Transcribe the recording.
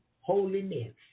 holiness